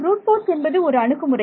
fruit force என்பது ஒரு அணுகுமுறை